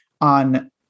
On